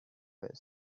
where